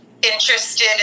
interested